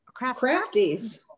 crafties